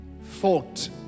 fought